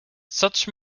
such